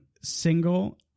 single